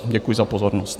Děkuji za pozornost.